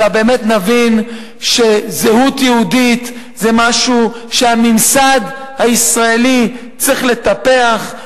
אלא באמת נבין שזהות יהודית זה משהו שהממסד הישראלי צריך לטפח.